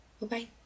Bye-bye